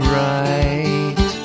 right